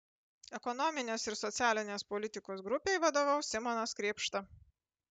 ekonominės ir socialinės politikos grupei vadovaus simonas krėpšta